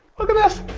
look at this,